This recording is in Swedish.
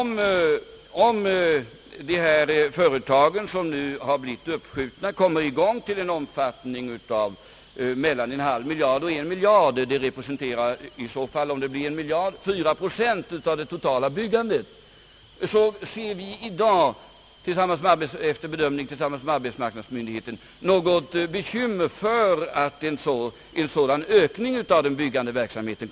Skulle de hittills uppskjutna företagen komma i gång till en omfattning av mellan en halv och en miljard — en miljard motsvarar 4 procent av det totala byggandet — så ser vi i dag efter bedömning tillsammans med arbetsmarknadsmyndigheten inte något problem i samband med en sådan ökning av byggverksamheten.